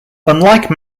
unlike